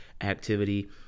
activity